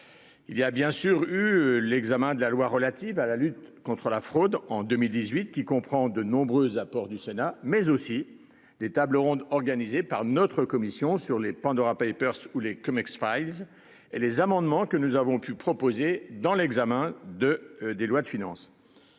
Il y a bien sûr eu l'examen de la loi relative à la lutte contre la fraude en 2018 qui comprend de nombreux apports du Sénat mais aussi des tables rondes organisés par notre commission sur les Pandora Papers les comme X-Files et les amendements que nous avons pu proposer dans l'examen de des lois de finances.